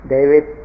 David